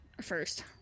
First